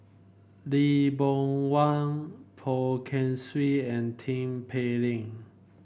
Lee Boon Wang Poh Kay Swee and Tin Pei Ling